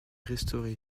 restaurés